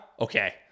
Okay